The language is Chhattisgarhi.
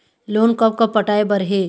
लोन कब कब पटाए बर हे?